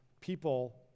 people